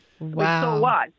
Wow